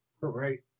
right